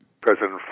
President